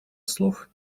слов